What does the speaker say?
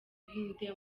buhinde